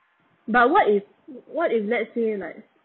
but what if what if let's say like